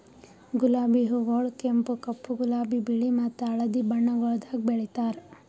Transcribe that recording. ಗುಲಾಬಿ ಹೂಗೊಳ್ ಕೆಂಪು, ಕಪ್ಪು, ಗುಲಾಬಿ, ಬಿಳಿ ಮತ್ತ ಹಳದಿ ಬಣ್ಣಗೊಳ್ದಾಗ್ ಬೆಳೆತಾರ್